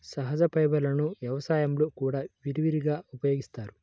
సహజ ఫైబర్లను వ్యవసాయంలో కూడా విరివిగా ఉపయోగిస్తారు